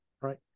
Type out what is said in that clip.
right